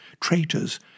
traitors